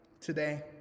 today